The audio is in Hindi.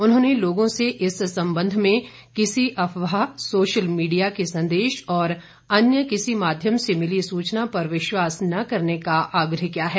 उन्होंने लोगों से इस संबंध में किसी अफवाह सोशल मीडिया के संदेश और अन्य किसी माध्यम से मिली सूचना पर विश्वास न करने का आग्रह किया है